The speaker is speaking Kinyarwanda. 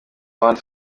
one